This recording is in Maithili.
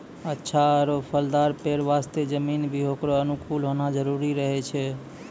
अच्छा आरो फलदाल पेड़ वास्तॅ जमीन भी होकरो अनुकूल होना जरूरी रहै छै